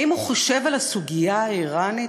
האם הוא חושב על הסוגיה האיראנית,